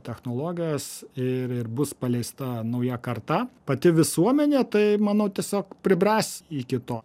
technologijos ir ir bus paleista nauja karta pati visuomenė tai manau tiesiog pribręs iki to